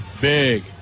big